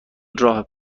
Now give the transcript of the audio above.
راه